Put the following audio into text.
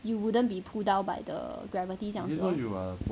you wouldn't be pulled down by the gravity 这样子